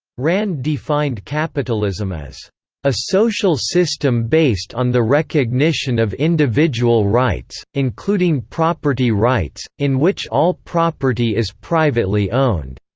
rand defined capitalism as a social system based on the recognition of individual rights, including property rights, in which all property is privately owned.